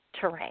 terrain